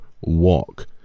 walk